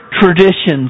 traditions